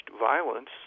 violence